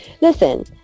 listen